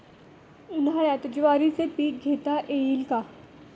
उन्हाळ्यात ज्वारीचे पीक घेता येईल का?